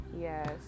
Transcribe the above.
yes